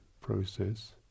process